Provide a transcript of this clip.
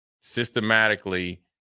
systematically –